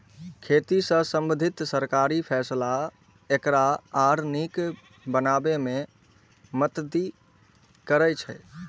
खेती सं संबंधित सरकारी फैसला एकरा आर नीक बनाबै मे मदति करै छै